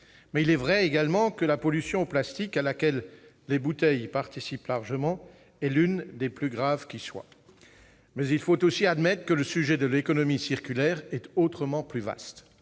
Il est vrai que la pollution du plastique, à laquelle les bouteilles participent largement, est l'une des plus graves qui soit. Toutefois, il faut admettre que le sujet de l'économie circulaire est autrement plus vaste.